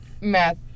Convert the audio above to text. math